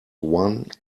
one